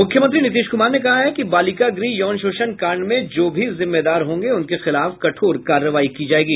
मुख्यमंत्री नीतीश कुमार ने कहा है कि बालिका गृह यौन शोषण कांड में जो भी जिम्मेदार होंगे उनके खिलाफ कठोर कार्रवाई की जायेगी